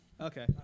Okay